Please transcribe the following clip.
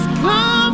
come